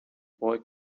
boy